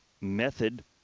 method